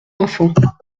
enfants